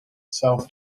south